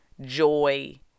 joy